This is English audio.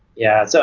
yeah. so